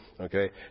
okay